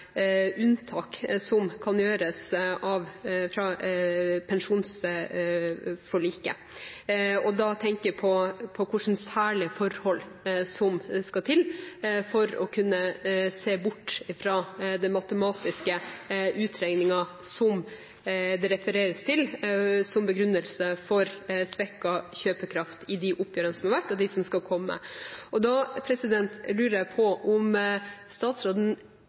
unntak som kan gjøres fra pensjonsforliket. Da tenker jeg på hvilke «særlige forhold» som skal til for å kunne se bort fra den matematiske utregningen som det refereres til som begrunnelse for svekket kjøpekraft i de oppgjørene som har vært, og de som skal komme. Da lurer jeg på om statsråden